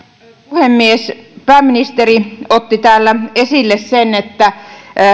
puhemies pääministeri otti täällä esille sen että